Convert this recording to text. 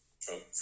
Trump